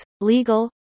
legal